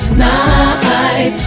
nice